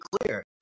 clear